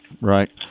Right